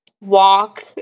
walk